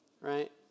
right